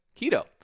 keto